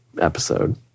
episode